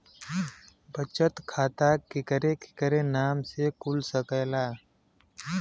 बचत खाता केकरे केकरे नाम से कुल सकेला